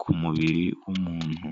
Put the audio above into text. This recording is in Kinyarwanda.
ku mubiri w'umuntu.